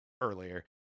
earlier